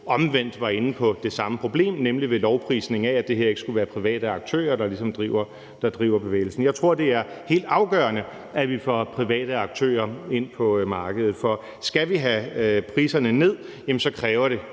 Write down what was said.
omvendt fortegn, nemlig med en lovprisning af, at det ikke skulle være private aktører, der driver bevægelsen. Jeg tror, det er helt afgørende, at vi får private aktører ind på markedet. For skal vi have priserne ned, kræver det